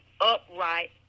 upright